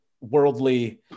worldly